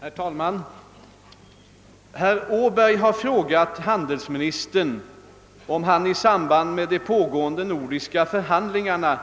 Herr talman! Herr Åberg har frågat handelsministern om han i samband med de pågående nordiska förhandlingarna